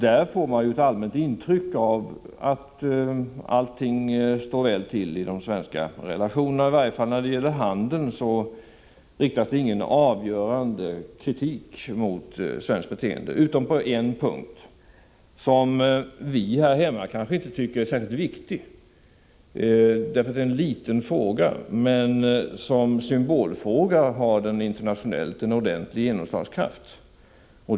Där fick jag ett allmänt intryck av att allt stod väl till med relationerna till Sverige. Vad gäller handeln riktades ingen avgörande kritik mot svenskt beteende utom på en punkt. Vi här hemma tycker inte att det är en särskilt viktig fråga, därför att den är liten för oss. Men som symbolfråga har den internationellt en ordentlig genomslagskraft.